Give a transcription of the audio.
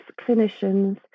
clinicians